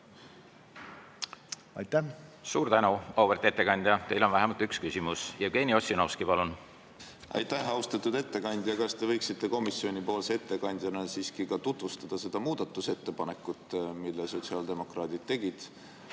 palun! Suur tänu, auväärt ettekandja! Teile on vähemalt üks küsimus. Jevgeni Ossinovski, palun! Aitäh! Austatud ettekandja! Kas te võiksite komisjoni ettekandjana siiski ka tutvustada seda muudatusettepanekut, mille sotsiaaldemokraadid tegid?